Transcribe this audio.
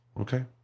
okay